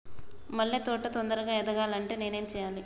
మల్లె తోట తొందరగా ఎదగాలి అంటే నేను ఏం చేయాలి?